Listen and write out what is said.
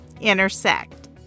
intersect